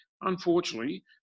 unfortunately